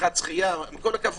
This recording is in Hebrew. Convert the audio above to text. בריכת שחייה - עם כל הכבוד,